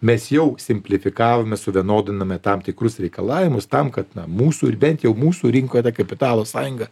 mes jau simplifikavome suvienodinami tam tikrus reikalavimus tam kad na mūsų ir bent jau mūsų rinkoj ta kapitalo sąjunga